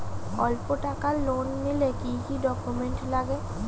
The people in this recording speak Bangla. অল্প টাকার লোন নিলে কি কি ডকুমেন্ট লাগে?